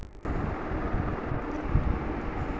ಭೂಮಿಯ ಅಳತೆ ಮಾಡುವುದು ಹೇಗೆ?